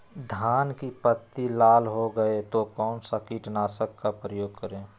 धान की पत्ती लाल हो गए तो कौन सा कीटनाशक का प्रयोग करें?